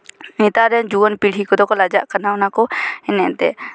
ᱱᱮᱛᱟᱨ ᱨᱮᱱ ᱡᱩᱣᱟᱹᱱ ᱯᱤᱲᱦᱤ ᱠᱚᱫᱚ ᱠᱚ ᱞᱟᱡᱟᱜ ᱠᱟᱱᱟ ᱠᱚ ᱮᱱᱮᱡ ᱛᱮ